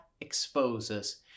exposes